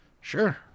sure